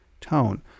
tone